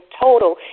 total